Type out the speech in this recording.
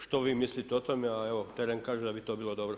Što vi mislite o tome, a evo teren kaže da bi to bilo dobro?